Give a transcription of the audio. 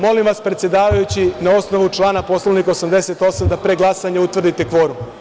Molim vas predsedavajući, na osnovu člana Poslovnika 88. da pre glasanja utvrdite kvorum.